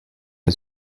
der